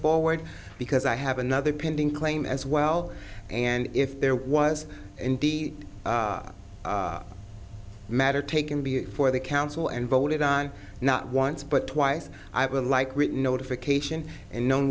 forward because i have another pending claim as well and if there was indeed the matter taken before the council and voted on not once but twice i would like written notification and know